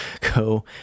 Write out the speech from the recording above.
go